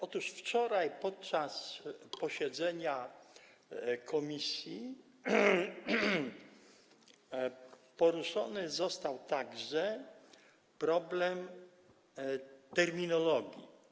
Otóż wczoraj podczas posiedzenia komisji poruszony został także problem terminologii.